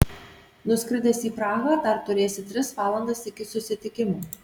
nuskridęs į prahą dar turėsi tris valandas iki susitikimo